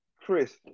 Chris